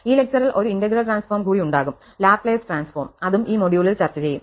ഈ ലെക്ചറിൽ ഒരു ഇന്റഗ്രൽ ട്രാൻസ്ഫോം കൂടി ഉണ്ടാകും ലാപ്ലേസ് ട്രാൻസ്ഫോം അതും ഈ മൊഡ്യൂളിൽ ചർച്ച ചെയ്യും